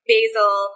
Basil